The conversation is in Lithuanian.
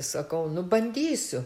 sakau nu bandysiu